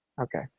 Okay